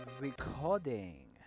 recording